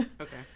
okay